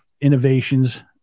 innovations